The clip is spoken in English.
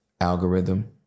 algorithm